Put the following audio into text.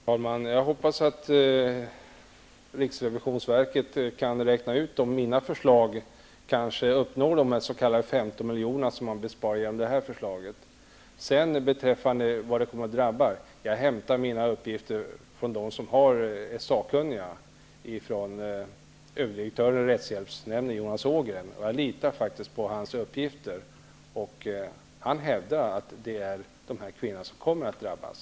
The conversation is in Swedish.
Herr talman! Jag hoppas att riksrevisionsverket kan räkna ut om mina förslag kanske uppnår de 15 milj.kr. som man gör i besparing genom detta förslag. Beträffande frågan om vilka detta kommer att drabba, hämtar jag mina uppgifter från en sakkunnig, nämligen överdirektören i rättshjälpsnämnden Jonas Ågren. Jag litar faktiskt på hans uppgifter. Han hävdar att det är dessa kvinnor som kommer att drabbas.